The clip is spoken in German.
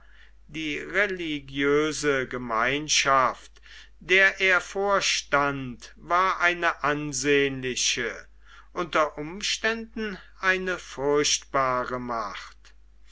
die religiöse gemeinschaft der er vorstand war eine ansehnliche unter umständen eine furchtbare macht